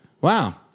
Wow